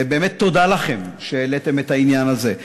ובאמת תודה לכם שהעליתם את העניין הזה.